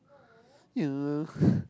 yeah